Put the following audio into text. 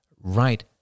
right